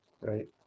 right